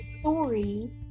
story